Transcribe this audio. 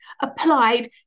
applied